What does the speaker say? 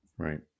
Right